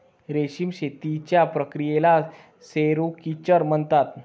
रेशीम शेतीच्या प्रक्रियेला सेरिक्चर म्हणतात